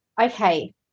Okay